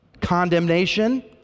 Condemnation